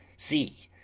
see,